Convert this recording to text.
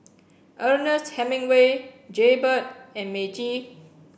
Ernest Hemingway Jaybird and Meiji